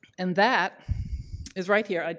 and that is right here. ah